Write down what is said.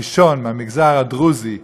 ראשון מהמגזר הדרוזי,